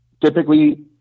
Typically